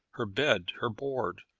her bed, her board,